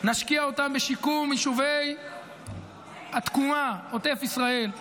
נשקיע אותם בשיקום יישובי התקומה, עוטף ישראל,